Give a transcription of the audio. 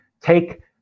take